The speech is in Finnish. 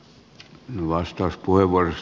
arvoisa puhemies